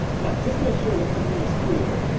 now, just to make sure that everything is clear,